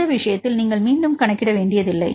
இந்த விஷயத்தில் நீங்கள் மீண்டும் கணக்கிட வேண்டியதில்லை